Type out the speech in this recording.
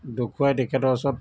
দেখুৱাই তেখেতৰ ওচৰত